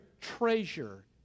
treasure